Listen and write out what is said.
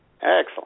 Excellent